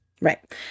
Right